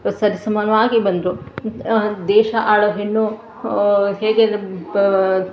ಸರಿ ಸಮಾನವಾಗಿ ಬಂದರು ದೇಶ ಆಳೋ ಹೆಣ್ಣು ಹೇಗೆ ಅಂದರೆ ಬ